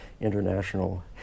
international